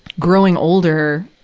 growing older,